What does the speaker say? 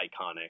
iconic